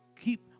keep